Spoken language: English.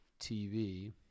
TV